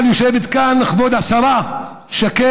אבל יושבת כאן כבוד השרה שקד,